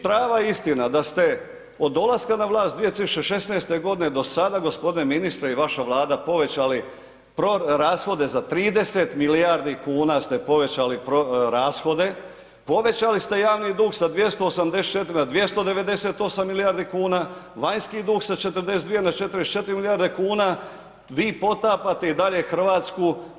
Prava istina da ste od dolaska na vlast 2016. godine do sada gospodine ministre i vaša Vlada povećali rashode za 30 milijardi kuna ste povećali rashode, povećali ste javni dug sa 284 na 298 milijardi kuna, vanjski dug sa 42 na 44 milijarde kuna vi potapate i dalje Hrvatsku.